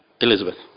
Elizabeth